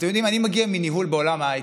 אתם יודעים מה, אני מגיע מניהול בעולם ההייטק.